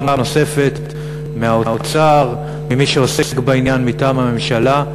נוספת מהאוצר וממי שעוסק בעניין מטעם הממשלה,